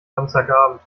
samstagabend